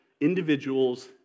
individuals